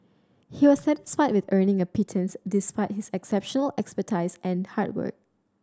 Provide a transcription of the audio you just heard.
he was satisfied with earning a pittance despite his exceptional expertise and hard work